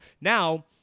Now